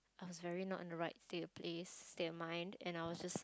I was very not in a right state of place state of mind and I was just